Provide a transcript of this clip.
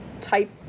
type